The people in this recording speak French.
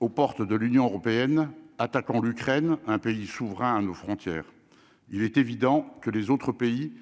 aux portes de l'Union européenne, attaquant l'Ukraine un pays souverain à nos frontières, il est évident que les autres pays